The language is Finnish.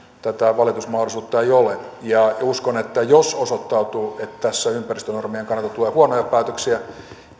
tätä valitusmahdollisuutta ei ole ja uskon että jos osoittautuu että tässä ympäristönormien kannalta tulee huonoja päätöksiä